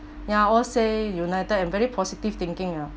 ya all stay united and very positive thinking ah